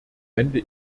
wende